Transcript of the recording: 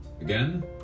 Again